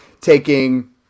taking